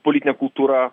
politine kultūra